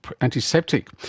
antiseptic